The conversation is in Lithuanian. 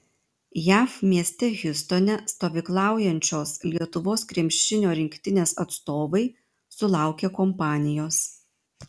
jav mieste hjustone stovyklaujančios lietuvos krepšinio rinktinės atstovai sulaukė kompanijos